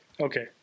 Okay